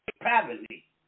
privately